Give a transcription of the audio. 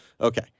Okay